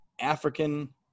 African